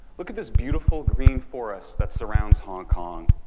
look at this beautiful green forest that surrounds hong kong.